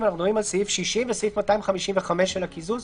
אנחנו מדברים על סעיף 60 וסעיף 255 של הקיזוז.